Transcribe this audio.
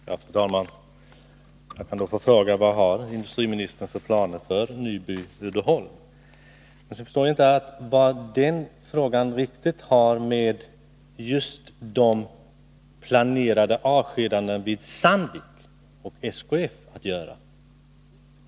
Fru talman! Kan jag då få fråga: Vad har industriministern för planer för Nyby Uddeholm? Jag förstår inte vad den saken har med just de planerande avskedandena vid Sandvik och SKF att göra.